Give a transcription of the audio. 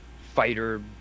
fighter